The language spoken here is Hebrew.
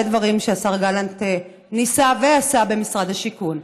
דברים שהשר גלנט ניסה ועשה במשרד השיכון.